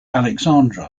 alexandra